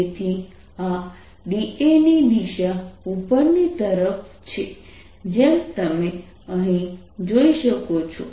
તેથી આ da ની દિશા ઉપરની તરફ છે જેમ તમે અહીં જોઈ શકો છો